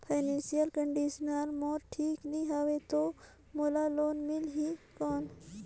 Financial condition मोर ठीक नी हवे तो मोला लोन मिल ही कौन??